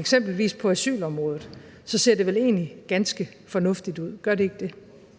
eksempelvis på asylområdet, så ser det vel egentlig ganske fornuftigt ud. Gør det ikke det?